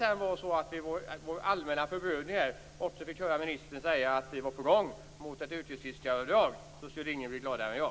Om vi i vår allmänna förbrödring kan få höra ministern säga att ett yrkesfiskaravdrag är på gång, skulle ingen bli mer glad än jag.